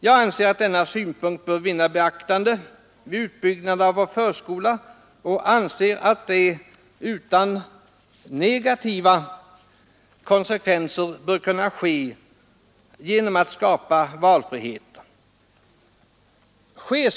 Jag anser att denna synpunkt bör vinna beaktande vid utbyggnaden av förskolan och anser att det utan negativa konsekvenser bör kunna ske genom att valfrihet skapas.